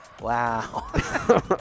wow